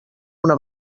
una